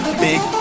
big